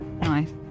Nice